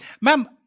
Ma'am